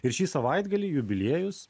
ir šį savaitgalį jubiliejus